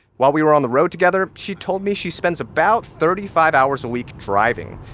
while we were on the road together, she told me she spends about thirty five hours a week driving.